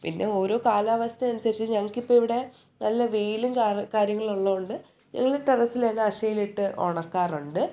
പിന്നെ ഓരോ കാലാവസ്ഥയനുസരിച്ച് ഞങ്ങൾക്ക് ഇപ്പോൾ ഇവിടെ നല്ല വെയിലും കാര്യങ്ങളും ഉള്ളത് കൊണ്ട് ഞങ്ങൾ ടെറസ്സിൽ തന്നെ ആഷേലിട്ട് ഉണക്കാറുണ്ട്